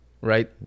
Right